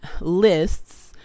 lists